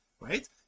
right